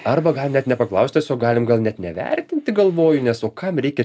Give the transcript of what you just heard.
arba gal net nepaklaust tiesiog galim gal net nevertinti galvoju nes o kam reikia